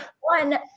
one